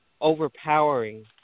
overpowering